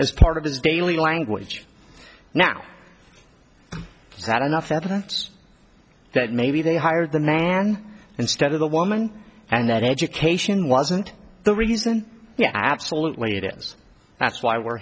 his daily language now is that enough evidence that maybe they hired the man instead of the woman and that education wasn't the reason yeah absolutely it is that's why we're